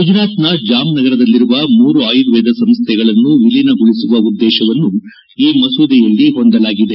ಗುಜರಾತ್ನ ಜಾಮ್ ನಗರದಲ್ಲಿರುವ ಮೂರು ಆಯುರ್ವೇದ ಸಂಸ್ಥೆಗಳನ್ನು ವಿಲೀನಗೊಳಿಸುವ ಉದ್ದೇಶವನ್ನು ಈ ಮಸೂದೆಯಲ್ಲಿ ಹೊಂದಲಾಗಿದೆ